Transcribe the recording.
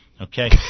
Okay